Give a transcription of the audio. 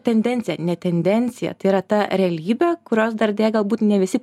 tendencija ne tendencija tai yra ta realybė kurios dar deja galbūt ne visi